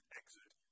exit